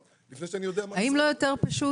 לפני שאני יודע מה --- האם לא יותר פשוט,